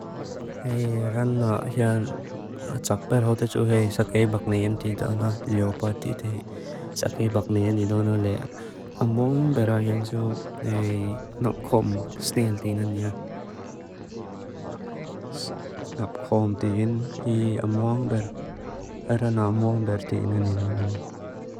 Ae ran a tsaqper hotetu hei sa kei bakneem tidaana liopat titei, sa kei bakneem nidona lea. Amuong be ra yon tsu napkom sneel tina nia. Napkom tijin pii amuong be ra. Ara na amuong ber tina nina nani.